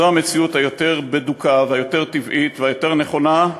זו המציאות היותר-בדוקה והיותר-טבעית והיותר-נכונה,